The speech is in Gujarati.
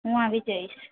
હું આવી જઈશ